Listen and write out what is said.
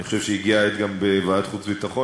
אני חושב שהגיע העת גם בוועדת חוץ וביטחון